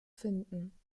finden